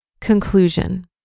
Conclusion